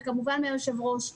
וכמובן מהיושב-ראש.